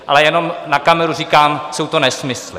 Ale jenom na kameru říkám: jsou to nesmysly.